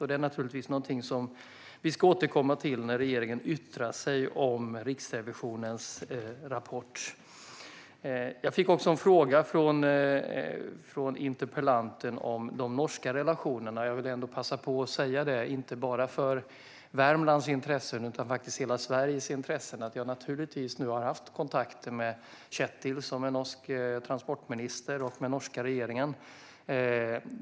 Detta är naturligtvis någonting som vi ska återkomma till när vi i regeringen yttrar oss om Riksrevisionens rapport. Jag fick också en fråga från interpellanten om de norska relationerna. Jag vill passa på att säga, inte bara med tanke på Värmlands intressen utan faktiskt med tanke på hela Sveriges intressen, att jag nu naturligtvis har haft kontakt med Ketil, som är norsk transportminister, och med den norska regeringen.